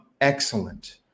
excellent